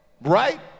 Right